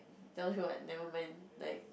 tell you I never meant like